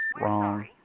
Wrong